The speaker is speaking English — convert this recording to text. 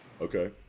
Okay